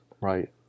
right